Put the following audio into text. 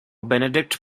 benedict